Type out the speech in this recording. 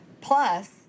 plus